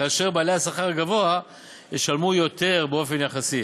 כאשר בעלי השכר הגבוה ישלמו יותר באופן יחסי.